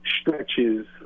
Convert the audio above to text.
stretches